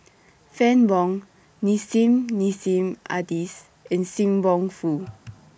Fann Wong Nissim Nassim Adis and SIM Wong Hoo